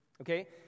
okay